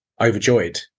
overjoyed